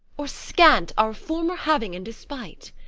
or scant our former having in despite